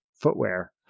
footwear